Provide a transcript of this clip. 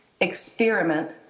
experiment